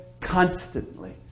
constantly